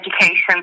education